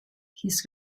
his